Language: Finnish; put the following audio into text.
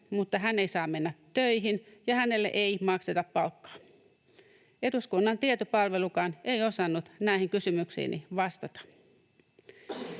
mutta hän ei saa mennä töihin ja hänelle ei makseta palkkaa? Eduskunnan tietopalvelukaan ei osannut näihin kysymyksiini vastata.